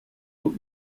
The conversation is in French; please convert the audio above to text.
eaux